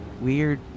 Weird